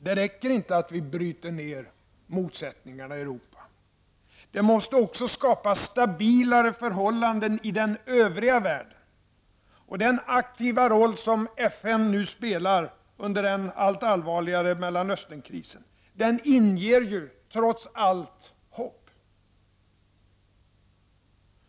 Det räcker inte att vi bryter ned motsättningarna i Europa. Det måste också skapas stabilare förhållanden i den övriga världen. Den aktiva roll som FN nu spelar under den allt allvarligare Mellanösternkrisen inger trots allt hopp.